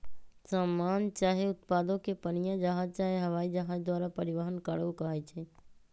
समान चाहे उत्पादों के पनीया जहाज चाहे हवाइ जहाज द्वारा परिवहन कार्गो कहाई छइ